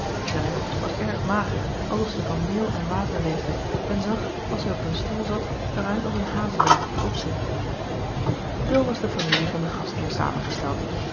was erg mager alsof zij van meel en water leefde en zag als zij op een stoel zat er uit als een hazewind die opzit zoo was de familie van den gastheer zamengesteld